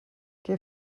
què